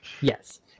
Yes